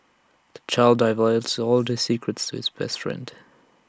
the child divulged all his secrets to his best friend